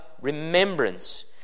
remembrance